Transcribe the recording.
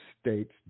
states